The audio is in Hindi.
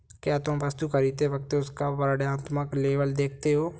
क्या तुम वस्तु खरीदते वक्त उसका वर्णात्मक लेबल देखते हो?